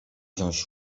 wziąć